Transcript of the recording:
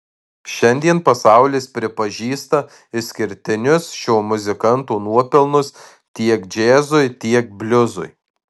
šiandien pasaulis pripažįsta išskirtinius šio muzikanto nuopelnus tiek džiazui tiek bliuzui